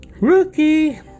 Rookie